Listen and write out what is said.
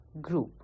group